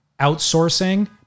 outsourcing